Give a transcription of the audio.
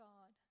God